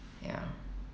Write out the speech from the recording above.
ya